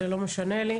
זה לא משנה לי.